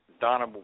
Donna